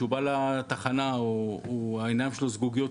כשהוא בא לתחנה העיניים שלו מזוגגות,